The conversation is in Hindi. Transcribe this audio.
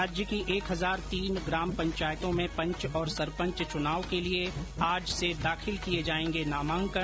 राज्य की एक हजार तीन ग्राम पंचायतों में पंच और सरपंच चुनाव के के लिए आज से दाखिल किए जाएंगे नामांकन